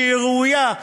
שהיא ראויה,